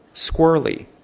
squirrely.